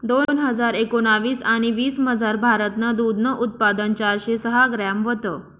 दोन हजार एकोणाविस आणि वीसमझार, भारतनं दूधनं उत्पादन चारशे सहा ग्रॅम व्हतं